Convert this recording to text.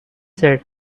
said